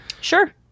sure